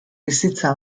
bizitza